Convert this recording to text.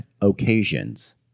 occasions